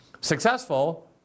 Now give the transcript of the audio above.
successful